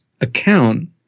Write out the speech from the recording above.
account